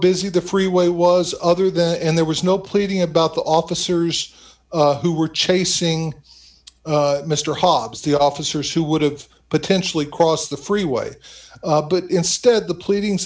busy the freeway was other the and there was no pleading about the officers who were chasing mr hobbs the officers who would've potentially cross the freeway but instead the pleading